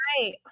right